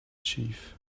chief